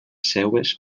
seues